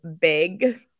big